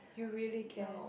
you really can